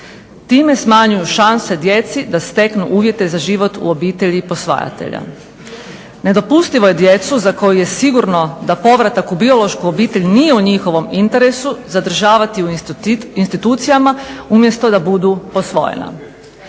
Time smanjuju šanse djeci da steknu uvjete za život u obitelji posvajatelja. Nedopustivo je djecu za koju je sigurno da povratak u biološku obitelj nije u njihovom interesu zadržavati u institucijama umjesto da budu posvojena.